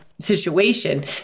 Situation